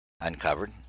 uncovered